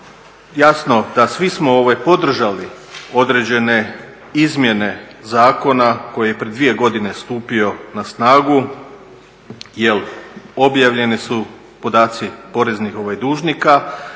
Jasno da svi smo podržali određene izmjene zakona koji je prije dvije godine stupio na snagu jel objavljeni su podaci poreznih dužnika,